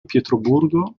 pietroburgo